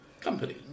company